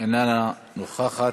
איננה נוכחת.